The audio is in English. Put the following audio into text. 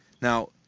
now